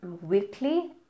weekly